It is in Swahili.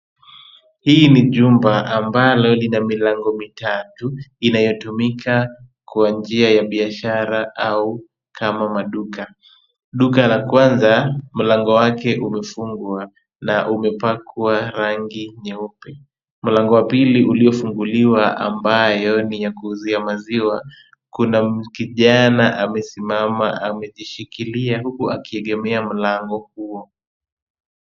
Hii ni jumba ambalo ina milango mitatu inayotumika kwa njia ya biashara au kama maduka. Duka la kwanza mlango wake umefungwa na umepakwa rangi nyeupe. Mlango wa pili uliofunguliwa ambayo ni ya kuuzia maziwa kuna kijana amesimama amejishikilia huku akiegemea mlango huo.